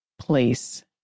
place